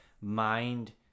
mind